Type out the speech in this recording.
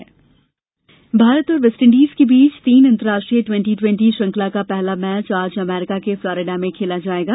T twenty Bharat और West Indies के बीच तीन अंतर्राष्ट्रीय टवेंटी टवेंटी श्रृंखला का पहला मैच आज अमरीका के फ्लोरीडा में खेला जाएगा